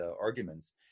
arguments